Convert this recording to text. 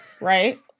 Right